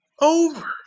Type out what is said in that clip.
over